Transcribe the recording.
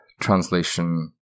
translation